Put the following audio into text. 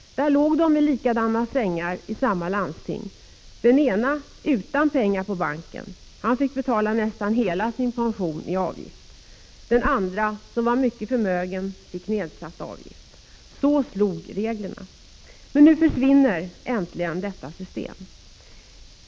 Där låg de i likadana sängar, i samma landstingsområde, den ena utan pengar på banken — han fick betala nästan hela sin pension i avgift — den andre, som var mycket förmögen, fick nedsatt avgift. Så slog reglerna. Men nu försvinner äntligen detta system.